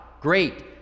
Great